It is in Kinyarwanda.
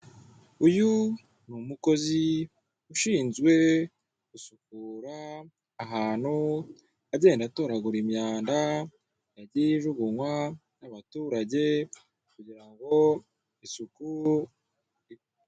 Uyu n'umukozi ushinzwe gusukura ahantu agenda atoragura imyanda yagiye ijugunywa n'abaturage kugira ngo isuku....